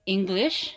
English